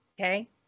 okay